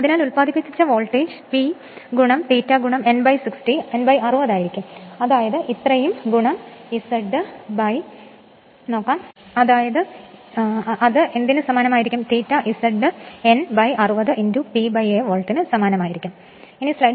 അതിനാൽ ഉത്പാദിപ്പിച്ച voltage P ∅ N 60 ആയിരിക്കും അതായത് ഇത്രയും Z അങ്ങനെ ∅ Z N 60 P A volt